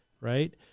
Right